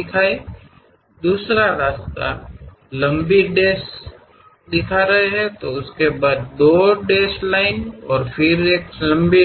ಇನ್ನೊಂದು ಮಾರ್ಗವೆಂದರೆ long dash ನಂತರ ಎರಡು ಡ್ಯಾಶ್ಡ್ ಲೈನ್ಗಳು ಮತ್ತು ಮತ್ತೆ